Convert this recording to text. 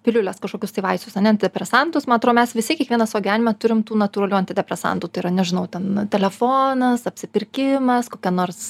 piliules kažkokius tai vaisius ane antidepresantus man atrodo mes visi kiekvienas savo gyvenime turim tų natūralių antidepresantų tai yra nežinau ten telefonas apsipirkimas kokia nors